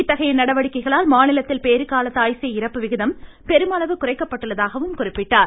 இத்தகைய நடவடிக்கைகளால் மாநிலத்தில் பேறுகால தாய் சேய் இறப்பு விகிதம் பெருமளவு குறைக்கப்பட்டுவிட்டதாகவும் குறிப்பிட்டார்